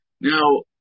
Now